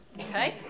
Okay